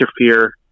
interfere